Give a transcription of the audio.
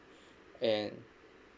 and